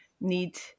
need